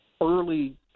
early